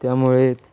त्यामुळे